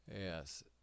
yes